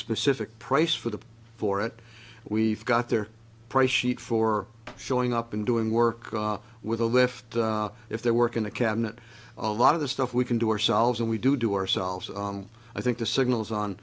specific price for the for it we've got their price sheet for showing up and doing work with a lift if they work in the cabinet a lot of the stuff we can do ourselves and we do do ourselves i think the signals on